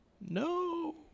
No